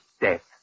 death